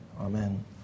amen